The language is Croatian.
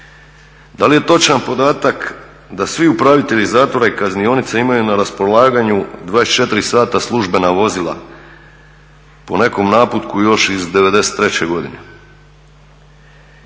Da li je točan podatak da svi upravitelji zatvora i kaznionica imaju na raspolaganju 24 sata službena vozila po nekom naputku još iz 1993. godine?